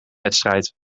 wedstrijd